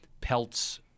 pelts